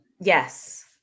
Yes